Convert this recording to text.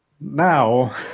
now